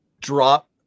Drop